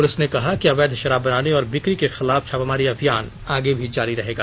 police ने कहा कि अवैध शराब बनाने और बिकी के खिलाफ छापेमारी अभियान आगे भी जारी रहेगा